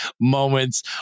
moments